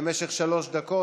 למשך שלוש דקות.